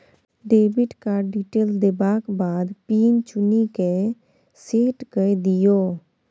debit card detail देबाक बाद pin चुनि कए सेट कए दियौ